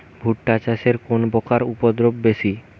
ভুট্টা চাষে কোন পোকার উপদ্রব বেশি?